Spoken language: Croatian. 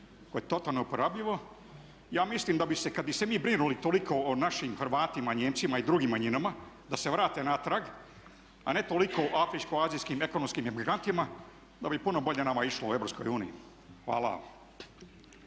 koje je totalno neuporabljivo. Ja mislim da bi se kad bi se mi brinuli toliko o našim Hrvatima, Nijemcima i drugim manjinama da se vrate natrag, a ne toliko o afričko azijskim ekonomskim emigrantima da bi puno bolje nama išlo u EU. Hvala.